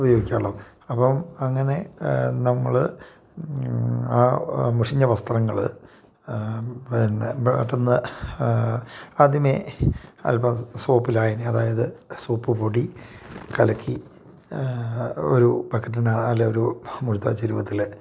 ഉപയോഗിക്കുള്ളു അപ്പം അങ്ങനെ നമ്മൾ ആ മുഷിഞ്ഞ വസ്ത്രങ്ങൾ പിന്നെ മറ്റൊന്ന് ആദ്യമേ അൽപം സോപ്പ് ലായനി അതായത് സോപ്പ് പൊടി കലക്കി ഒരു ബക്കറ്റിന് അല്ലേ ഒരു ചരുവത്തിൽ